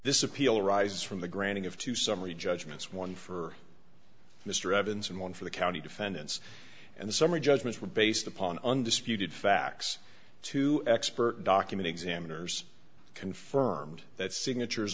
this appeal arises from the granting of two summary judgments one for mr evans and one for the county defendants and the summary judgments were based upon undisputed facts two expert document examiners confirmed that signatures